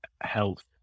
health